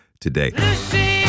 today